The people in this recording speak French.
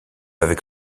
avec